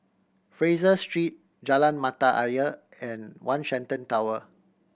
Fraser Street Jalan Mata Ayer and One Shenton Tower